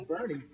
Bernie